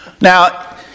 Now